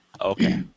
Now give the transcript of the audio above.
Okay